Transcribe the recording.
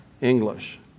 English